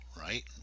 right